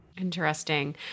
Interesting